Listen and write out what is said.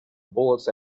bullets